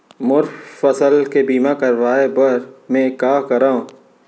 मोर फसल के बीमा करवाये बर में का करंव?